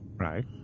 Right